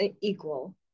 equal